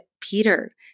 Peter